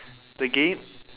the game